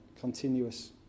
continuous